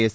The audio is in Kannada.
ಎಸ್